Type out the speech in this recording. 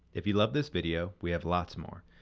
if you love this video we have lots more.